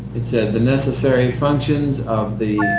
it said the necessary functions of the,